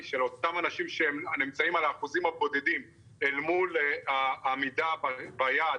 של אותם אנשים שנמצאים על האחוזים הבודדים אל מול העמידה ביעד,